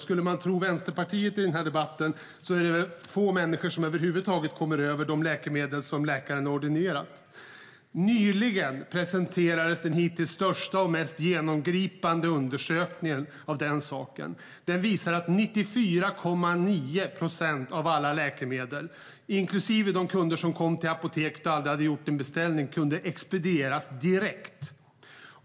Skulle vi tro Vänsterpartiet är det få människor som över huvud taget kommer över de läkemedel som läkaren har ordinerat. Nyligen presenterades den hittills största och mest genomgripande undersökningen av detta. Den visar att 94,9 procent av alla kunder, inklusive de kunder som kom till apoteket och aldrig hade gjort en beställning, kunde expedieras och få sina läkemedel direkt.